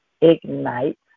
Ignite